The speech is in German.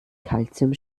calcium